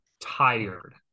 tired